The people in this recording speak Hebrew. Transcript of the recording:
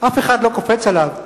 אף אחד לא קופץ עליו.